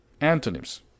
Antonyms